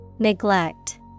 Neglect